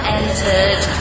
entered